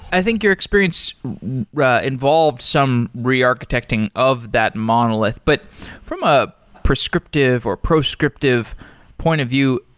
i think your experience involved some re-architecting of that monolith, but from a prescriptive or proscriptive point of view,